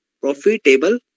profitable